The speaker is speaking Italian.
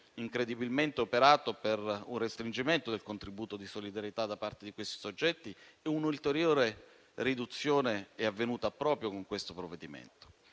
incredibilmente operato per un restringimento del contributo di solidarietà da parte di questi soggetti e un'ulteriore riduzione è avvenuta proprio con questo provvedimento.